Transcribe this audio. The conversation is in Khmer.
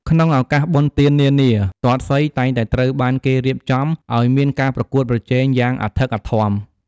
ក្នុងឱកាសបុណ្យទាននានា ទាត់សីតែងតែត្រូវបានគេរៀបចំឱ្យមានការប្រកួតប្រជែងយ៉ាងអធិកអធម។